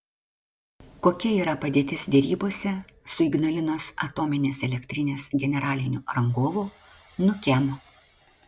kokia yra padėtis derybose su ignalinos atominės elektrinės generaliniu rangovu nukem